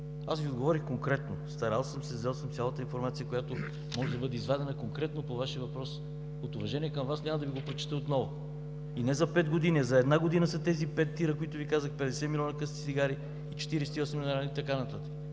Аз Ви отговорих конкретно, старал съм се, взел съм цялата информация, която може да бъде извадена конкретно по Вашия въпрос. От уважение към Вас няма да Ви го прочета отново. И не за пет години, за една година са тези пет ТИР а, които Ви казах – 50 милиона къса цигари и 48… И така нататък.